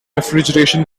refrigeration